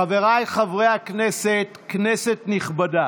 חבריי חברי הכנסת, כנסת נכבדה,